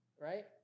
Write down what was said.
right